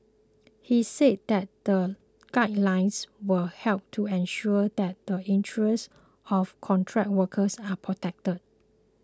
he said that the guidelines will help to ensure that the interests of contract workers are protected